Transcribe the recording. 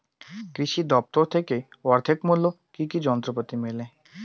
কৃষি দফতর থেকে অর্ধেক মূল্য কি কি যন্ত্রপাতি মেলে?